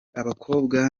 abakobwa